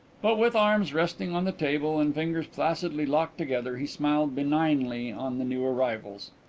but with arms resting on the table and fingers placidly locked together he smiled benignly on the new arrivals.